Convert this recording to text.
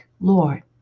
Lord